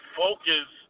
focus